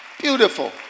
Beautiful